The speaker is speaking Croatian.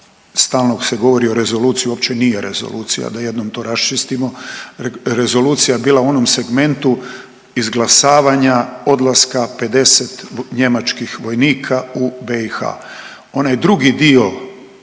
stalno se govori o rezoluciji, uopće nije rezolucija da jednom to raščistimo. Rezolucija je bila u onom segmentu izglasavanja odlaska 50 njemačkih vojnika u BiH.